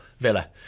Villa